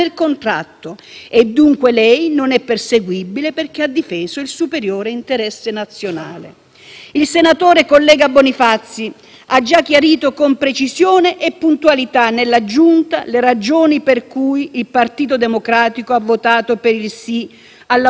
Il collega Bonifazi ha già chiarito con precisione e puntualità nella Giunta le ragioni per cui il Partito Democratico ha votato per il sì all'autorizzazione a procedere: noi non abbiamo cambiato idea per due ragioni.